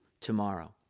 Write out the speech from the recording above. tomorrow